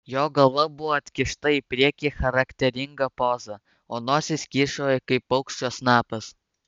jo galva buvo atkišta į priekį charakteringa poza o nosis kyšojo kaip paukščio snapas